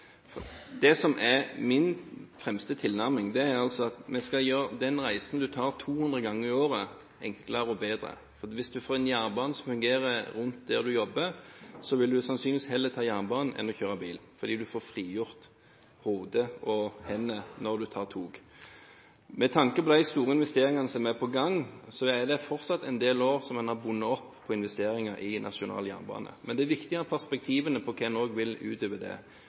Det som er min fremste tilnærming, er altså at vi skal gjøre den reisen en tar 200 ganger i året, enklere og bedre. Hvis en får en jernbane som fungerer rundt der en jobber, vil en sannsynligvis heller ta jernbanen enn å kjøre bil, fordi en får frigjort hodet og hendene når en tar tog. Med tanke på de store investeringene som er på gang, er det fortsatt en del år en har bundet opp på investeringer i nasjonal jernbane, men det er viktig å ha perspektivene på hva en vil også utover det.